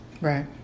Right